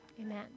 Amen